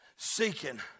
Seeking